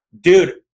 dude